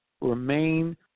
remain